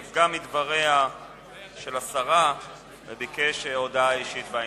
שהוא נפגע מדבריה של השרה וביקש הודעה אישית בעניין.